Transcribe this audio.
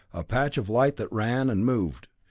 a patch of light that ran, and moved.